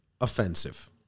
offensive